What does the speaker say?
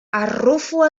arrufo